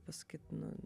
pasakyt nu